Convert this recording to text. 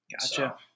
Gotcha